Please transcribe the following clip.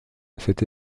cette